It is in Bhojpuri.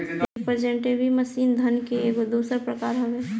रिप्रेजेंटेटिव मनी धन के एगो दोसर प्रकार हवे